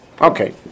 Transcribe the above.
Okay